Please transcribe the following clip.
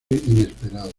inesperado